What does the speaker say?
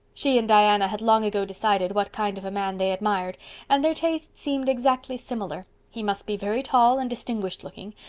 she and diana had long ago decided what kind of a man they admired and their tastes seemed exactly similar. he must be very tall and distinguished looking,